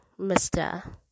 Mr